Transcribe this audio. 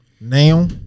now